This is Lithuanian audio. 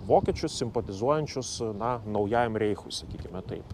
vokiečius simpatizuojančius na naujajam reichui sakykime taip